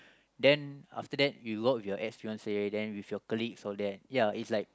then after that you go with your ex fiance then with your colleagues all that then is like